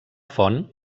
font